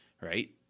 right